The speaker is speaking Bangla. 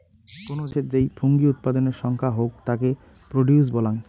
কোনো জিনিসের যেই ফুঙ্গি উৎপাদনের সংখ্যা হউক তাকে প্রডিউস বলাঙ্গ